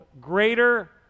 greater